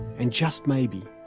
and, just maybe,